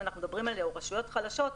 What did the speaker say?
אם אנחנו מדברים על רשויות חלשות,